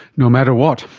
no matter what.